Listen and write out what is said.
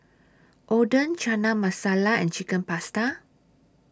Oden Chana Masala and Chicken Pasta